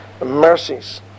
mercies